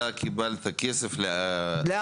אתה קיבלת כסף ל --- מיכאל מרדכי